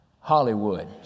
Hollywood